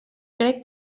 crec